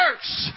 church